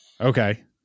okay